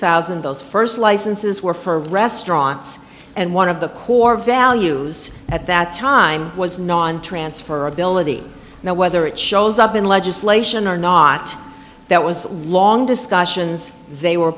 thousand those first licenses were for restaurants and one of the core values at that time was non transfer ability now whether it shows up in legislation or not that was long discussions they were